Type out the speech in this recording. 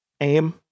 AIM